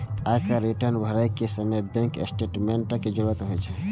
आयकर रिटर्न भरै के समय बैंक स्टेटमेंटक जरूरत होइ छै